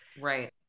Right